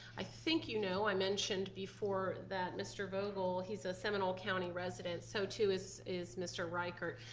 i think you know, i mentioned before that mr. vogel, he's a seminole county resident so too is is mr. reichert,